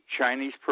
Chinese